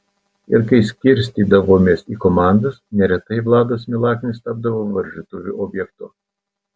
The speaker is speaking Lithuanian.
ir kai skirstydavomės į komandas neretai vladas milaknis tapdavo varžytuvių objektu